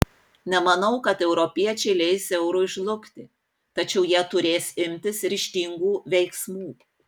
nemanau kad europiečiai leis eurui žlugti tačiau jie turės imtis ryžtingų veiksmų